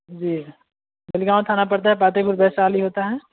जी गुड़गाँव थाना पड़ता है पातेपुर वैशाली होता है